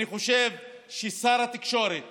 אני חושב ששר התקשורת